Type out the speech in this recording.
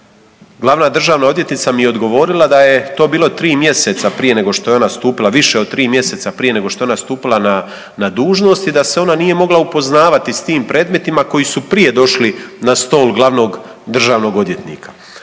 Glavna državna odvjetnica mi je odgovorila da je to bilo 3 mjeseca prije nego što je ona stupila, više od 3 mjeseca prije nego što je ona stupila na dužnost i da se ona nije mogla upoznavati sa tim predmetima koji su prije došli na stol Glavnog državnog odvjetnika.